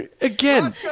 Again